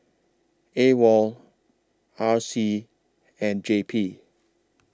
AWOL R C and J P